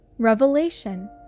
Revelation